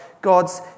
God's